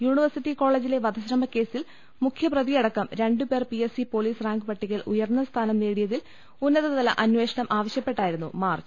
university കോളജിലെ വധശ്രമക്കേസിൽ മുഖ്യ പ്രതിയടക്കം ര്ണ്ട് പേർ പിഎസ് സി പൊലീസ് റാങ്ക് പട്ടികയിൽ ഉയർന്ന് സ്ഥാനം നേടിയതിൽ ഉന്നതതല അന്വേഷണം ആവശ്യ പ്പെട്ടായിരുന്നു മാർച്ച്